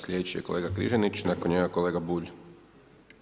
Slijedeći kolega Križanić, nakon njega kolega Bulj.